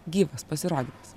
gyvas pasirodymas